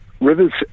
rivers